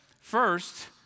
first